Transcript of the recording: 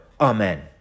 Amen